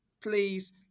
please